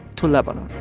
to lebanon.